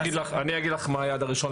אני אגיד לך מה היה עד ה-1 בפברואר.